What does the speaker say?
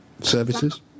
services